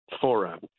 Forum